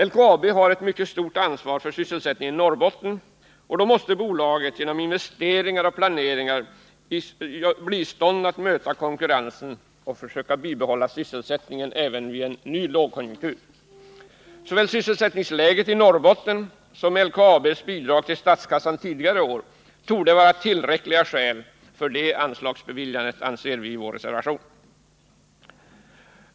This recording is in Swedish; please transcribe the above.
LKAB har ett mycket stort ansvar för sysselsättningen i Norrbotten, och för att klara denna uppgift måste bolaget genom investeringar och planering bli i stånd att möta konkurrensen och försöka bibehålla sysselsättningen även vid en ny lågkonjunktur. Vi framhåller i vår reservation att såväl sysselsättningsläget i Norrbotten som LKAB:s stora bidrag till statskassan under tidigare år torde utgöra tillräckliga skäl för en sådan medelsanvisning.